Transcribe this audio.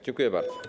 Dziękuję bardzo.